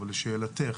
אבל לשאלתך,